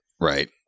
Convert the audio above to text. Right